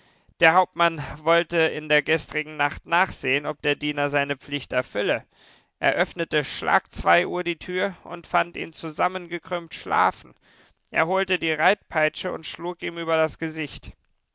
der hauptmann wollte in der gestrigen nacht nachsehen ob der diener seine pflicht erfülle er öffnete schlag zwei uhr die tür und fand ihn zusammengekrümmt schlafen er holte die reitpeitsche und schlug ihm über das gesicht